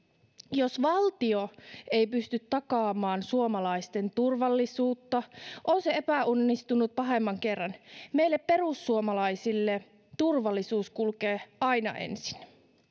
jos valtio ei pysty takaamaan suomalaisten turvallisuutta on se epäonnistunut pahemman kerran meille perussuomalaisille turvallisuus kulkee aina ensin